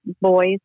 boys